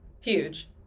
Huge